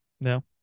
No